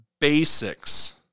basics